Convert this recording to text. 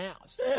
house